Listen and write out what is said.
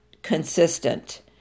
Consistent